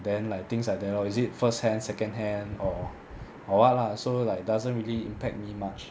then like things like that lor is it first hand second hand or or what lah so like doesn't really impact me much